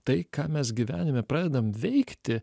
tai ką mes gyvenime pradedam veikti